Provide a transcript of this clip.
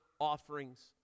offerings